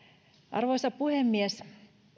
arvoisa puhemies